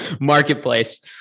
marketplace